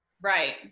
right